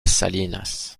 salinas